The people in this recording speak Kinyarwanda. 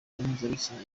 mpuzabitsina